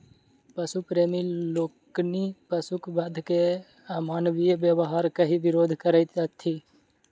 पशु प्रेमी लोकनि पशुक वध के अमानवीय व्यवहार कहि विरोध करैत छथि